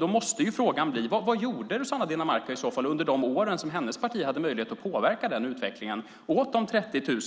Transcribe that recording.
Då måste frågan bli: Vad gjorde Rossana Dinamarca, under de år som hennes parti hade möjlighet att påverka den utvecklingen, åt de 30 000